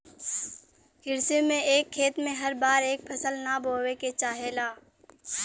कृषि में एक खेत में हर बार एक फसल ना बोये के चाहेला